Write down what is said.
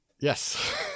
Yes